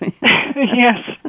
Yes